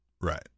Right